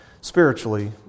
spiritually